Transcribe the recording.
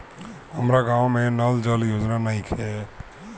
हमारा गाँव मे नल जल योजना नइखे?